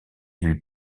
lui